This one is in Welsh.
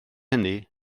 hynny